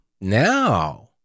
now